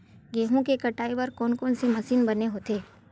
गेहूं के कटाई बर कोन कोन से मशीन बने होथे?